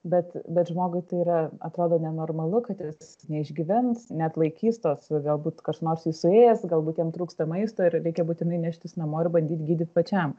bet bet žmogui tai yra atrodo nenormalu kad jis neišgyvens neatlaikys tos galbūt kas nors jį suės galbūt jam trūksta maisto ir reikia būtinai neštis namo ir bandyt gydyt pačiam